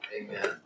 Amen